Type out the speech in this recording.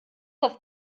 auf